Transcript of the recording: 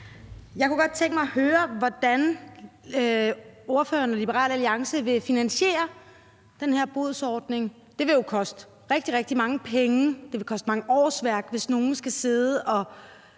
Jeg kunne godt tænke mig at høre, hvordan ordføreren og Liberal Alliance vil finansiere den her bodsordning. Det vil jo koste rigtig, rigtig mange penge; det vil koste mange årsværk, hvis nogen skal sidde og